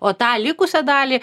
o tą likusią dalį